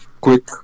quick